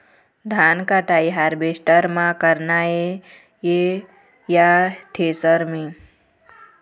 धान कटाई हारवेस्टर म करना ये या थ्रेसर म?